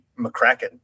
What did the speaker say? McCracken